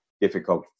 difficult